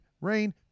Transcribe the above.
Rain